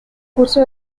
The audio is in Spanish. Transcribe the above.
cursó